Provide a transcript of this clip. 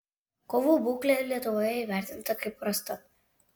kovų būklė lietuvoje įvertinta kaip prasta